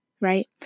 Right